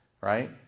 Right